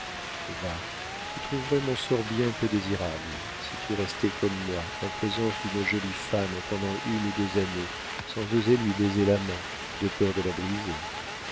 va tu trouverais mon sort bien peu désirable si tu restais comme moi en présence d'une jolie femme pendant une ou deux années sans oser lui baiser la main de peur de la briser